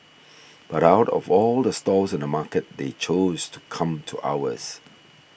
but out of all the stalls in the market they chose to come to ours